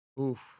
Oof